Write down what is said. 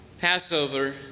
Passover